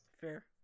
Fair